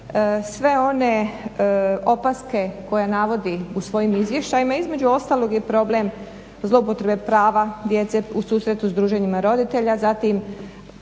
sve one opaske koje navodi u svojim izvještajima. Između ostalog je problem zloupotrebe prava djece u susretu s druženjima roditelja, zatim